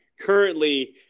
currently